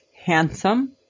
handsome